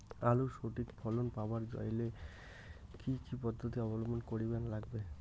আলুর সঠিক ফলন পাবার চাইলে কি কি পদ্ধতি অবলম্বন করিবার লাগবে?